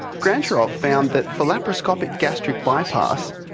grantcharov found that for laparoscopic gastric bypass,